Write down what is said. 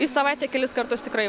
į savaitę kelis kartus tikrai